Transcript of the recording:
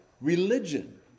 religion